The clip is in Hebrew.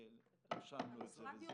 רשמנו את זה.